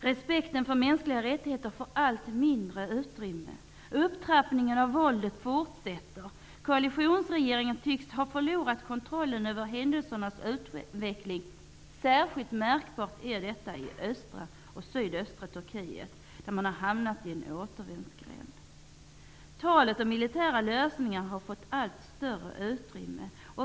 ''Respekten för mänskliga rättigheter får allt mindre utrymme. Upptrappningen av våldet fortsätter. Koalitionsregeringen tycks ha förlorat kontrollen över händelsernas utveckling.'' Det här är särskilt märkbart i bl.a. östra och sydöstra Turkiet, och där har man hamnat i en återvändsgränd. ''Talet om militära lösningar har fått allt större utrymme.